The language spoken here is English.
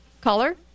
caller